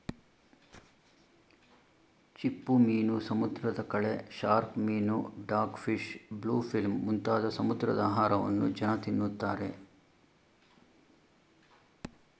ಚಿಪ್ಪುಮೀನು, ಸಮುದ್ರದ ಕಳೆ, ಶಾರ್ಕ್ ಮೀನು, ಡಾಗ್ ಫಿಶ್, ಬ್ಲೂ ಫಿಲ್ಮ್ ಮುಂತಾದ ಸಮುದ್ರದ ಆಹಾರವನ್ನು ಜನ ತಿನ್ನುತ್ತಾರೆ